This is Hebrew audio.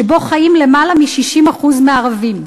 שבו חיים למעלה מ-60% מהערבים.